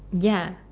ya